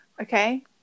Okay